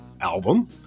album